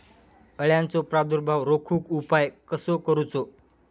अळ्यांचो प्रादुर्भाव रोखुक उपाय कसो करूचो?